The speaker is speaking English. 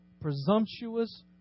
presumptuous